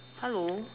hello